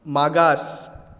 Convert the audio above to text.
मागास